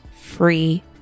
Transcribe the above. free